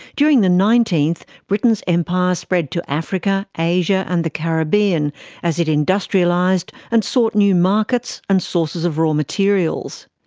during the nineteenth, britain's empire spread to africa, asia and the caribbean as it industrialised and sought new markets and sources of raw materials.